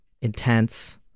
intense